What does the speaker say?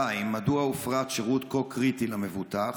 2. מדוע הופרט שירות כה קריטי למבוטח?